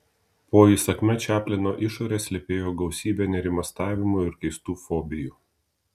po įsakmia čaplino išore slypėjo gausybė nerimastavimų ir keistų fobijų